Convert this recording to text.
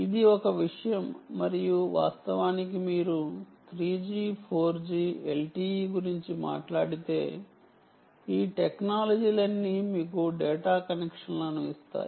ఇది ఒక విషయం మరియు వాస్తవానికి మీరు 3G 4G LTE గురించి మాట్లాడితే ఈ టెక్నాలజీలన్నీ మీకు డేటా కనెక్షన్లను ఇస్తాయి